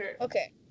okay